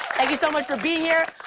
thank you so much for being here.